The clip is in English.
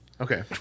okay